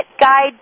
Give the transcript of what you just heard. Guide